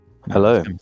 Hello